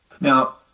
Now